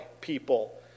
people